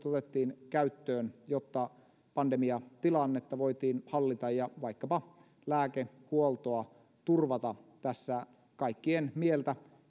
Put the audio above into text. otettiin käyttöön jotta pandemiatilannetta voitiin hallita ja vaikkapa lääkehuoltoa turvata tässä kaikkien mieltä